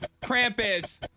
Krampus